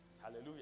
Hallelujah